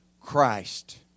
Christ